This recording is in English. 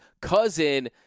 cousin